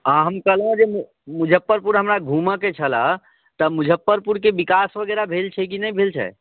आ हम कहलहुँ हँ जे मुजफ्फरपुर हमरा घूमऽके छलऽ तब मुजप्परपुरके विकास वगैरह भेल छै कि नहि भेल छै